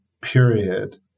period